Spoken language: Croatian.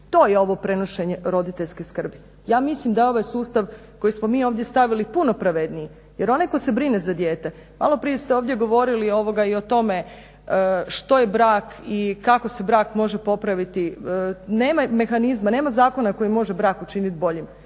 To je ovo prenošenje roditeljske skrbi. Ja mislim da je ovaj sustav koji smo mi ovdje stavili puno pravedniji jer onaj koji se brine za dijete. Maloprije ste ovdje govorili ovoga i o tome što je brak i kako se brak može popraviti. Nema mehanizma, nema zakona koji brak može učiniti boljim.